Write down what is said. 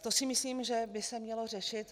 To si myslím, že by se mělo řešit.